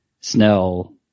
Snell